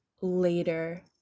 later